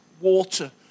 water